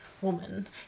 Woman